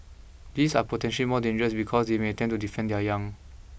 these are potential more dangerous because they may attempt to defend their young